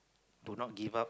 do not give up